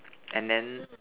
and then